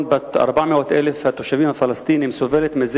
בת 400,000 התושבים הפלסטינים סובלת זה